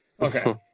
Okay